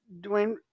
Dwayne